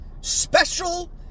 special